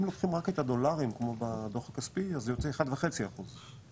אם לוקחים רק את הדולרים כמו בדו"ח הכספי אז זה יוצא 1.5% החלוקה,